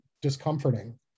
discomforting